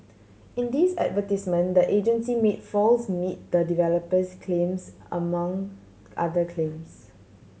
in these advertisement the agency made false meet the developers claims among other claims